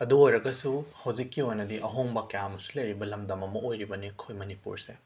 ꯑꯗꯨ ꯑꯣꯏꯔꯒꯁꯨ ꯍꯧꯖꯤꯛꯀꯤ ꯑꯣꯏꯅꯗꯤ ꯑꯍꯣꯡꯕ ꯀꯌꯥ ꯑꯃꯁꯨ ꯂꯩꯔꯤꯕ ꯂꯝꯗꯝ ꯑꯃ ꯑꯣꯏꯔꯤꯕꯅꯤ ꯑꯩꯈꯣꯏ ꯃꯅꯤꯄꯨꯔꯁꯦ